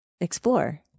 Explore